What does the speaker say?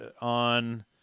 on